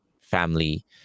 family